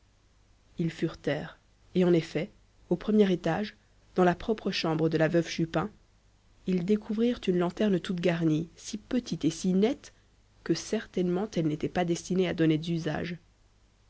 ils furetèrent et en effet au premier étage dans la propre chambre de la veuve chupin ils découvrirent une lanterne toute garnie si petite et si nette que certainement elle n'était pas destinée à d'honnêtes usages